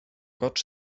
rocz